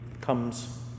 comes